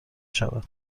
شود